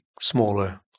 smaller